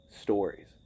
stories